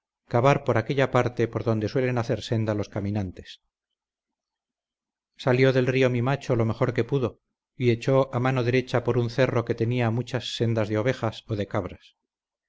cavar por aquella parte por donde suelen hacer senda los caminantes salió del río mi macho lo mejor que pudo y echó a mano derecha por un cerro que tenía muchas sendas de ovejas o de cabras